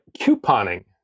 couponing